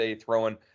throwing